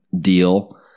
deal